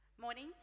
Morning